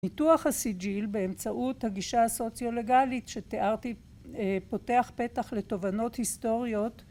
ניתוח הסיג'יל באמצעות הגישה הסוציולגלית שתיארתי פותח פתח לתובנות היסטוריות